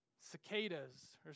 cicadas